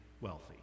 wealthy